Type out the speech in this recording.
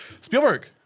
Spielberg